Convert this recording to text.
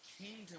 kingdom